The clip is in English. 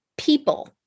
people